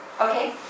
Okay